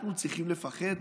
אנחנו צריכים לפחד?